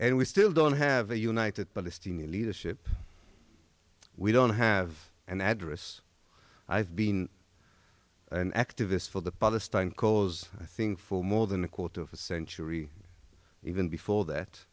and we still don't have a united palestinian leadership we don't have an address i've been an activist for the palestine cause i think for more than a quarter of a century even before that